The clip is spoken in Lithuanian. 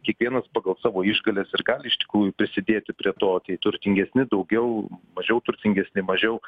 kiekvienas pagal savo išgales ir ką iš tikrųjų prisidėti prie to tai turtingesni daugiau mažiau turtingesni mažiau